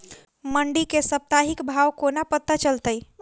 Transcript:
मंडी केँ साप्ताहिक भाव कोना पत्ता चलतै?